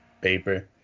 paper